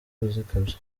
kuzikabya